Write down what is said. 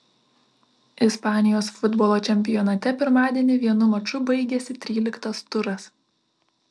ispanijos futbolo čempionate pirmadienį vienu maču baigėsi tryliktas turas